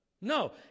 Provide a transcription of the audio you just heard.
No